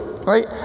right